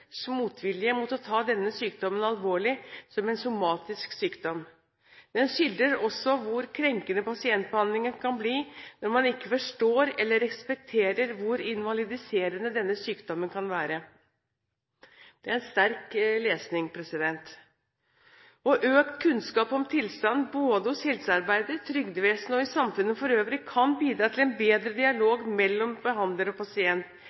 motvilje mot å ta denne sykdommen alvorlig som en somatisk sykdom. Den skildrer også hvor krenkende pasientbehandlingen kan bli når man ikke forstår eller respekterer hvor invalidiserende denne sykdommen kan være. Det er sterk lesning. Økt kunnskap om tilstanden hos både helsearbeidere, trygdevesen og i samfunnet for øvrig kan bidra til en bedre dialog mellom behandler og pasient,